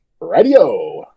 Radio